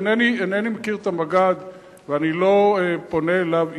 אינני מכיר את המג"ד ואני לא פונה אליו אישית.